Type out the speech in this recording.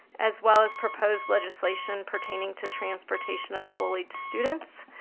as well as proposed legislation pertaining to transportation of bullied students.